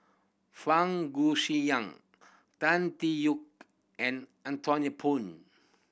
Fang Tan Tee Yoke and Anthony Poon